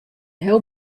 heel